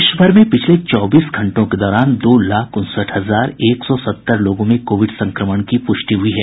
देशभर में पिछले चौबीस घंटों के दौरान दो लाख उनसठ हजार एक सौ सत्तर लोगों में कोविड संक्रमण की पुष्टि हुई है